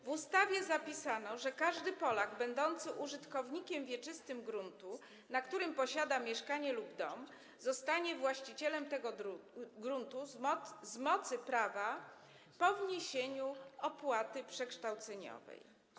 W ustawie zapisano, że każdy Polak będący użytkownikiem wieczystym gruntu, na którym posiada mieszkanie lub dom, zostanie właścicielem tego gruntu z mocy prawa po wniesieniu opłaty przekształceniowej.